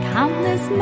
Countless